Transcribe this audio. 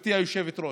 גברתי היושבת-ראש,